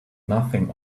nothing